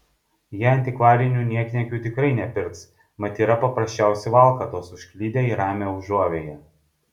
jie antikvarinių niekniekių tikrai nepirks mat yra paprasčiausi valkatos užklydę į ramią užuovėją